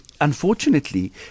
unfortunately